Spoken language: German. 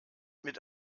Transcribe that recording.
mit